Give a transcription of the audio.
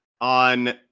On